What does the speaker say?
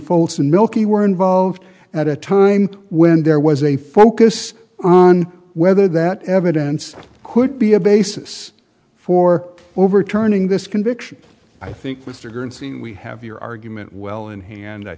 fulton milky were involved at a time when there was a focus on whether that evidence could be a basis for overturning this conviction i think mr bernstein we have your argument well in hand i